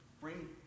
Bring